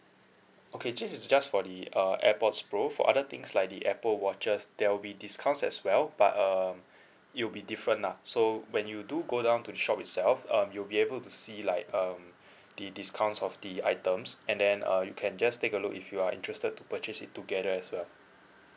okay this is just for the uh AirPods pro for other things like the Apple watches there will be discounts as well but um it will be different lah so when you do go down to the shop itself um you'll be able to see like um the discounts of the items and then uh you can just take a look if you are interested to purchase it together as well